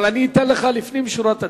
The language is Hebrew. אבל אני אתן לך לפנים משורת הדין.